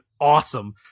awesome